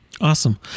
Awesome